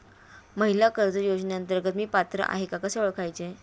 महिला कर्ज योजनेअंतर्गत मी पात्र आहे का कसे ओळखायचे?